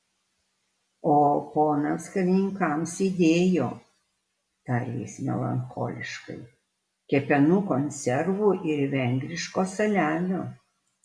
o ponams karininkams įdėjo tarė jis melancholiškai kepenų konservų ir vengriško saliamio